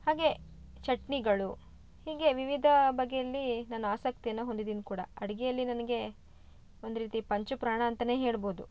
ಹಾಗೆ ಚಟ್ನಿಗಳು ಹೀಗೆ ವಿವಿಧ ಬಗೆಯಲ್ಲಿ ನಾನು ಆಸಕ್ತಿಯನ್ನು ಹೊಂದಿದೀನ್ ಕೂಡ ಅಡುಗೆಯಲ್ಲಿ ನನಗೆ ಒಂದು ರೀತಿ ಪಂಚಪ್ರಾಣ ಅಂತಾನೇ ಹೇಳ್ಬೋದು